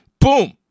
Boom